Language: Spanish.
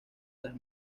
las